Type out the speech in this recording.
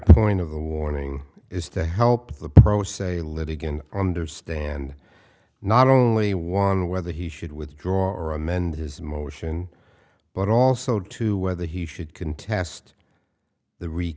point of the warning is to help the pro se litigant understand not only one whether he should withdraw or amend his motion but also to whether he should contest the re